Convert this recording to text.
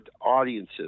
audiences